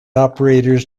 operators